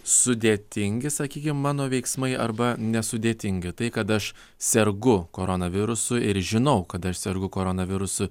sudėtingi sakykim mano veiksmai arba nesudėtingi tai kad aš sergu koronavirusu ir žinau kad aš sergu koronavirusu